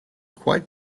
quite